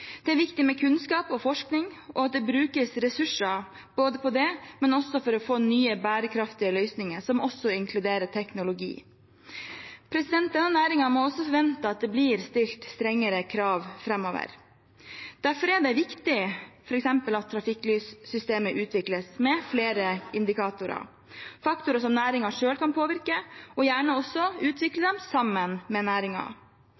Det er viktig med kunnskap og forskning og at det brukes ressurser på det, men også for å få nye, bærekraftige løsninger som inkluderer teknologi. Denne næringen må også forvente at det blir stilt strengere krav framover. Derfor er det viktig f.eks. at trafikklyssystemet utvikles med flere indikatorer, faktorer som næringen selv kan påvirke og gjerne også utvikle